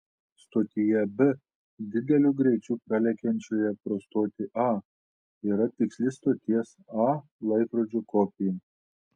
stotyje b dideliu greičiu pralekiančioje pro stotį a yra tiksli stoties a laikrodžio kopija